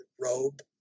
robe